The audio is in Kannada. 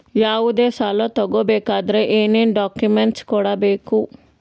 ಯಾವುದೇ ಸಾಲ ತಗೊ ಬೇಕಾದ್ರೆ ಏನೇನ್ ಡಾಕ್ಯೂಮೆಂಟ್ಸ್ ಕೊಡಬೇಕು?